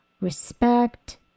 respect